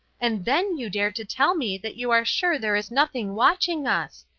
and then you dare to tell me that you are sure there is nothing watching us.